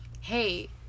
hey